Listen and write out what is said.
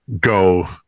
go